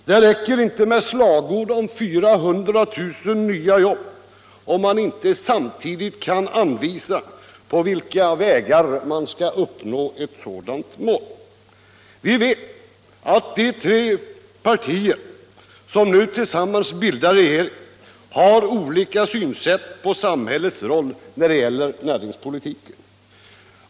Det räcker inte med slagord om 400 000 nya jobb om man inte samtidigt kan anvisa på vilka vägar man skall uppnå ett sådant mål. Vi vet att de tre partier som nu tillsammans bildar regering har olika synsätt på samhällets roll när det gäller näringspolitiken.